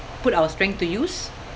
put our strength to use